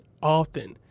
often